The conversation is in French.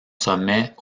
sommet